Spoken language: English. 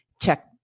check